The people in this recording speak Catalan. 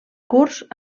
curts